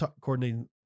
coordinating